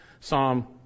psalm